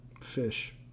Fish